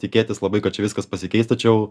tikėtis labai kad čia viskas pasikeis tačiau